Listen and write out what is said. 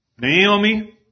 Naomi